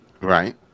right